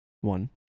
One